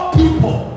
people